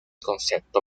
concepto